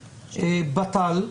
בט"ל,